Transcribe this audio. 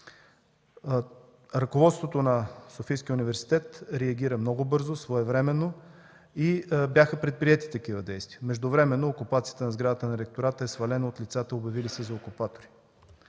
Ръководството на Софийския университет реагира много бързо и своевременно, и бяха предприети такива действия. Междувременно окупацията на сградата на Ректората е свалена от лицата, обявили се за окупатори.